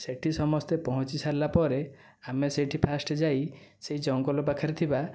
ସେହିଠି ସମସ୍ତେ ପହଞ୍ଚି ସରିଲା ପରେ ଆମେ ସେହିଠି ଫାଷ୍ଟ ଯାଇ ସେହି ଜଙ୍ଗଲ ପାଖରେ ଥିବା